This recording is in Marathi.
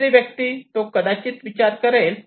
तिसरी व्यक्ती तो कदाचित विचार करेल